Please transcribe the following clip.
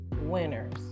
winners